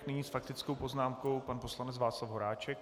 Nyní s faktickou poznámkou pan poslanec Václav Horáček.